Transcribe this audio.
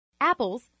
Apples